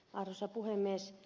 arvoisa puhemies